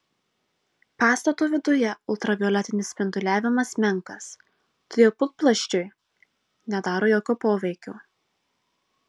pastato viduje ultravioletinis spinduliavimas menkas todėl putplasčiui nedaro jokio poveikio